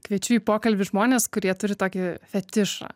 kviečiu į pokalbį žmones kurie turi tokį fetišą